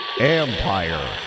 Empire